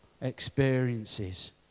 experiences